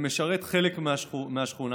שמשרת חלק מהשכונה.